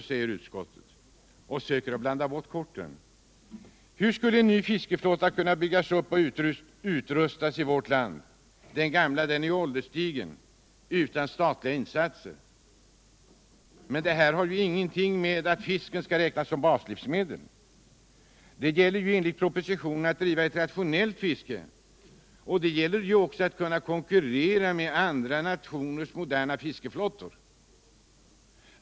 säger alltså utskottet och söker att blanda bort korten. Hur skulle en ny fiskeflotta kunna byggas upp och utrustas i vårt land - den gamla är ju ålderstigen — utan statliga insatser? Det här har heller ingenting att göra med att fisken skall räknas som baslivsmedel. Det gäller ju enligt propositionen att bedriva ett rationellt fiske. Det gäller också att kunna konkurrera med andra nationers moderna fiskeflottor.